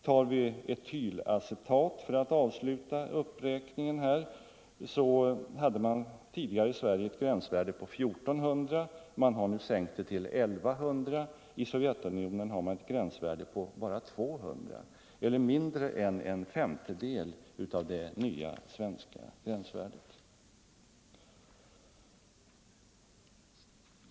För etylacetat hade man tidigare i Sverige gränsvärdet 1 400 mg. Man har nu sänkt det till 1 100 mg. I Sovjetunionen har man ett gränsvärde på bara 200 mg eller mindre än en femtedel av det nya svenska gränsvärdet.